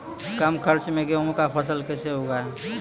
कम खर्च मे गेहूँ का फसल कैसे उगाएं?